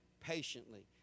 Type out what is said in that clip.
patiently